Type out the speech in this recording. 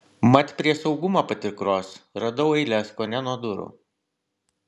mat prie saugumo patikros radau eiles kone nuo durų